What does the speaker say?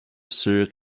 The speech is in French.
sûre